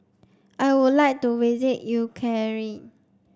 I would like to visit Ukraine